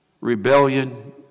rebellion